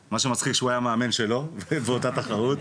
מה שמצחיק שהוא היה המאמן שלו באותה תחרות,